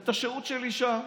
ואת השהות שלי שם.